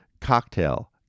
Cocktail